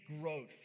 growth